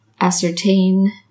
ascertain